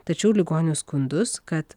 tačiau ligonių skundus kad